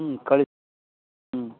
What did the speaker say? ಹ್ಞೂ ಕಳ್ಸಿ ಹ್ಞೂ